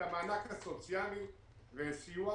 המענק הסוציאלי ואת הסיוע